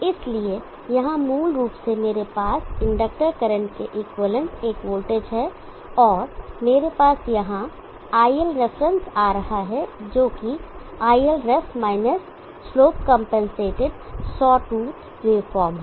इसलिए यहां मूल रूप से मेरे पास इंडक्टर करंट के इक्विवेलेंट एक वोल्टेज है और मेरे पास यहां IL रेफरेंस आ रहा है जोकि ILref minus slope compensated sawtooth waveform है